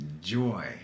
joy